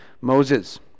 Moses